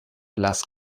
blass